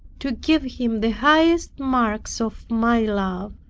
to give him the higher marks of my love.